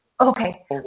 Okay